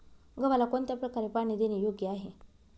गव्हाला कोणत्या प्रकारे पाणी देणे योग्य आहे?